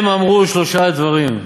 הם אמרו שלושה דברים: